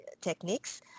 techniques